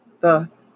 Thus